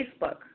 Facebook